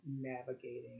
navigating